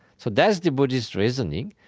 so that's the buddhist reasoning.